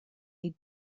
ait